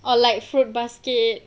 oh like fruit basket